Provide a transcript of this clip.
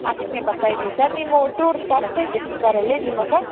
ಅದಕ್ಕೆ ಬರ್ತಾಯಿದಿವಿ ಸರ್ ನಿಮ್ಮ ಟೂರ್ ಪ್ಯಾಕೇಜ್ ಎಷ್ಟು ಸರ್ ಅಲ್ಲಿ ನಿಮ್ಮ ಹತ್ರ